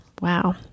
Wow